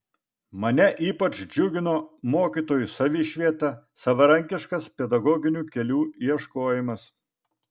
mane ypač džiugino mokytojų savišvieta savarankiškas pedagoginių kelių ieškojimas